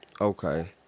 Okay